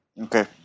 Okay